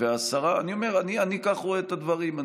אני אומר, אני כך רואה את הדברים.